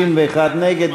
61 נגד.